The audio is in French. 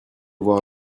voir